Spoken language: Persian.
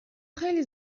خیلی